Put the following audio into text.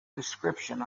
description